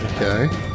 Okay